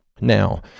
Now